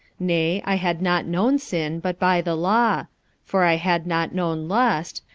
nay, i had not known sin, but by the law for i had not known lust,